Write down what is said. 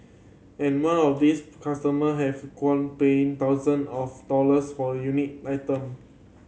and men of these customer have qualm paying thousand of dollars for unique item